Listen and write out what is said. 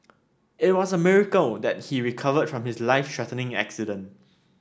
it was a miracle that he recovered from his life threatening accident